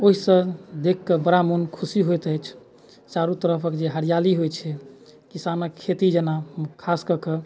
ओहिसँ देखि कऽ बड़ा मोन खुशी होइत अछि चारू तरफक जे हरियाली होइत छै किसानक खेती जेना खास कऽ के